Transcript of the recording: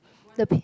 the